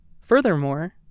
Furthermore